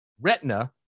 retina